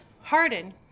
Harden